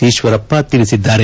ಈಶ್ವರಪ್ಪ ತಿಳಿಸಿದ್ದಾರೆ